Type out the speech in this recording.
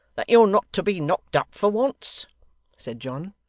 that you're not to be knocked up for once said john.